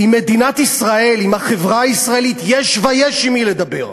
במדינת ישראל, בחברה הישראלית, יש ויש עם מי לדבר.